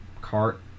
cart